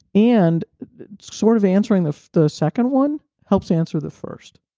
and sort of answering the the second one helps answer the first.